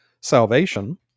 salvation